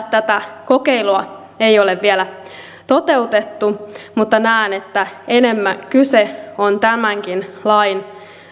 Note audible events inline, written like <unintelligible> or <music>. <unintelligible> tätä kokeilua ei ole vielä toteutettu mutta näen että <unintelligible> enemmän kyse on tämänkin lain